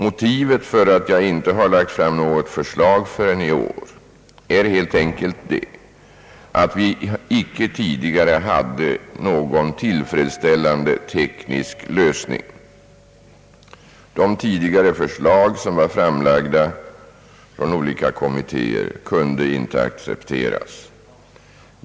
Motivet till att jag inte har lagt fram något förslag förrän i år är helt enkelt det, att vi inte tidigare hade någon tillfredsställande teknisk lösning. De tidigare förslag som framlagts av olika kommittéer kunde inte accepteras.